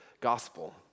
gospel